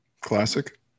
Classic